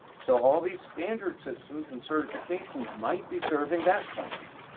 so all these standard systems and certifications might be serving that function.